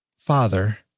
Father